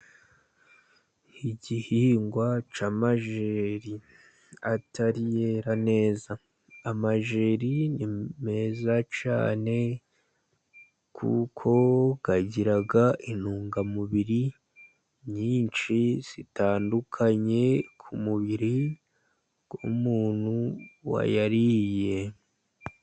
Igihingwa cy'amajyeri atari yera neza, amajyeri ni meza cyane, kuko agira intungamubiri nyinshi zitandukanye ku mubiri w'uwayariye.